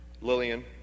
Lillian